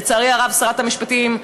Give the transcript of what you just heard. לצערי הרב, שרת המשפטים,